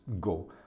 go